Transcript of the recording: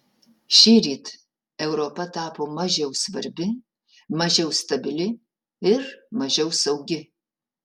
šįryt europa tapo mažiau svarbi mažiau stabili ir mažiau saugi